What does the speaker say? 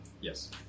Yes